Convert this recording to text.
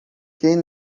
quem